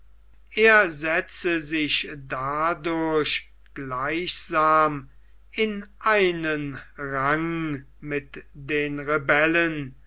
er setze sich dadurch gleichsam in einen rang mit den rebellen